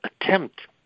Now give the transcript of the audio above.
attempt